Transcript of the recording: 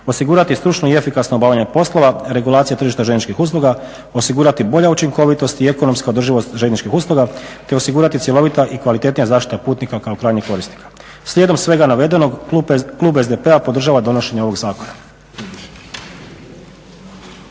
Osigurati stručno i efikasno obavljanje poslova, regulacija tržišta željezničkih usluga, osigurati bolja učinkovitost i ekonomska održivost željezničkih usluga te osigurati cjelovita i kvalitetnija zaštita putnika kao krajnjeg korisnika. Slijedom svega navedenog klub SDP-a podržava donošenje ovog zakona.